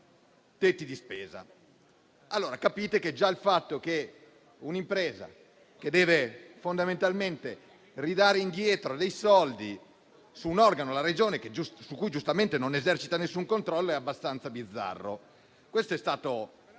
tetti di spesa. Capite che già il fatto che un'impresa fondamentalmente debba ridare indietro dei soldi alla Regione, un organo su cui giustamente non esercita alcun controllo, è abbastanza bizzarro. Questo è stato